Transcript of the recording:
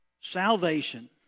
Salvation